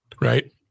Right